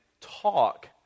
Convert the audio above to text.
talk